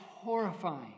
horrifying